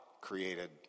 created